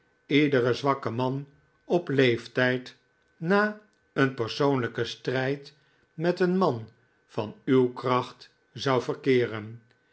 iedere zwakke man op leeftijd na een persoonlijken strijd met een man van uw kracht zou verkeeren